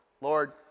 Lord